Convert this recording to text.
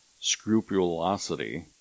scrupulosity